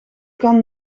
kan